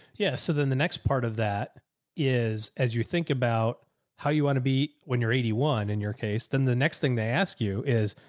yeah. so then the next part of that is, as you think about how you want to be, when you're eighty one, in your case, then the next thing they ask you is,